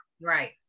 Right